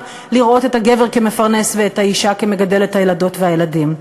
לראות את הגבר כמפרנס ואת האישה כמגדלת את הילדות והילדים.